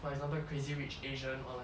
for example crazy rich asian or like